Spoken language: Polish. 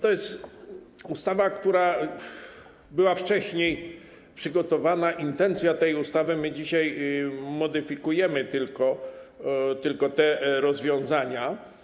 To jest ustawa, która była wcześniej przygotowana, intencja tej ustawy, my dzisiaj modyfikujemy tylko te rozwiązania.